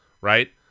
right